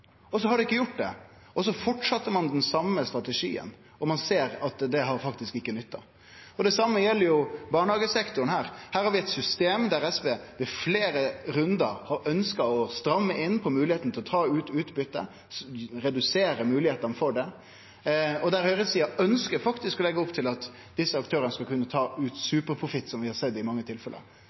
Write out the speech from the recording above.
og så har det ikkje gjort det. Så fortset ein den same strategien, og ein ser at det faktisk ikkje har nytta. Det same gjeld barnehagesektoren. Her har vi eit system der SV – i fleire rundar – har ønskt å stramme inn på moglegheita til å ta ut utbytte, å redusere moglegheita for det, og der høgresida faktisk ønskjer å leggje opp til at desse aktørane skal kunne ta ut superprofitt, som vi har sett i mange tilfelle.